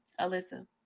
Alyssa